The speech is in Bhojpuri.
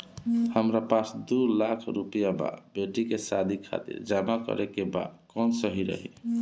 हमरा पास दू लाख रुपया बा बेटी के शादी खातिर जमा करे के बा कवन सही रही?